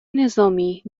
نظامی